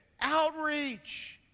outreach